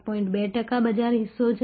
2 ટકા બજાર હિસ્સો છે